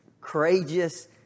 courageous